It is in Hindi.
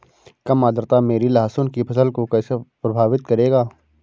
कम आर्द्रता मेरी लहसुन की फसल को कैसे प्रभावित करेगा?